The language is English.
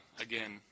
Again